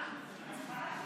חבר הכנסת אשר,